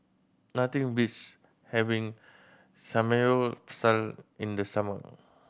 nothing beats having Samgeyopsal in the summer